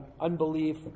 unbelief